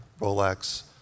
Rolex